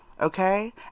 okay